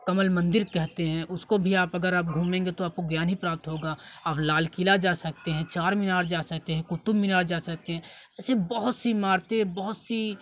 कमल मंदिर कहते हैं उसको भी आप अगर आप घूमेंगे तो आपको ज्ञान ही प्राप्त होगा आप लाल किला जा सकते हैं चारमीनार जा सकते हैं कुतुबमीनार जा सकते हैं ऐसे बहुत सी इमारतें बहुत सी